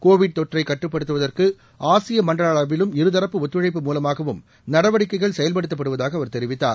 Covid தொற்றைக் கட்டுப்படுத்துவதற்கு ஆசிய மண்டல அளவிலும் இருதரப்பு ஒத்துழைப்பு மூலமாகவும் நடவடிக்கைக்ள் செயல்படுத்தப்பட்டதாக அவர் தெரிவித்தார்